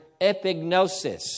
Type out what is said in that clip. epignosis